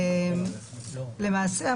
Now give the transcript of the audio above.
למעשה,